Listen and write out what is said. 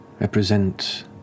represent